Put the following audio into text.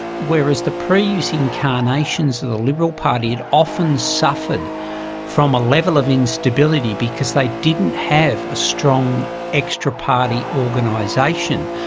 whereas the previous incarnations of the liberal party had often suffered from a level of instability because they didn't have a strong extra party organisation.